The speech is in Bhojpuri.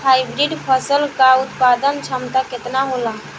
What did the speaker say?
हाइब्रिड फसल क उत्पादन क्षमता केतना होला?